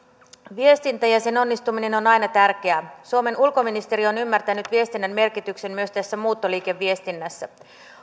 viestintä ja sen onnistuminen on on aina tärkeää suomen ulkoministeri on ymmärtänyt viestinnän merkityksen myös tässä muuttoliikeviestinnässä